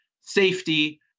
safety